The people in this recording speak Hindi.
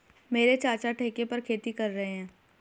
मेरे चाचा ठेके पर खेती कर रहे हैं